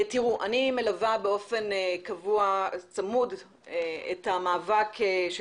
אני מלווה באופן קבוע וצמוד את המאבק של